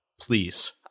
Please